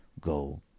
go